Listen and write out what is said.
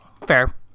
Fair